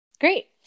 Great